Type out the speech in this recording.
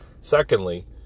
Secondly